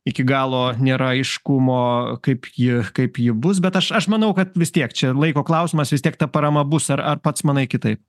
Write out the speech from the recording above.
iki galo nėra aiškumo kaip ji kaip ji bus bet aš aš manau kad vis tiek čia laiko klausimas vis tiek ta parama bus ar ar pats manai kitaip